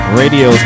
radio